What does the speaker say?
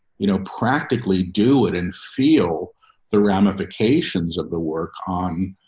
you know, practically do it and feel the ramifications of the work on,